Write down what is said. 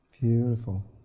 Beautiful